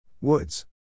Woods